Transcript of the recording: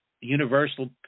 Universal